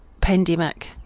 pandemic